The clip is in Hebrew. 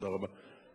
תודה רבה.